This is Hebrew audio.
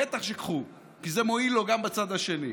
בטח קחו, כי זה מועיל לו גם בצד השני.